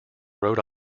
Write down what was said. rhode